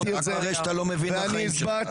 אתה רואה שאתה לא מבין מהחיים שלך.